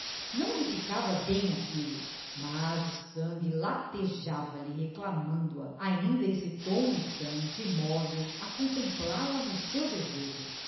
não lhe ficava bem aquilo mas o sangue latejava lhe reclamando a ainda hesitou um instante imóvel a contemplá-la no seu desejo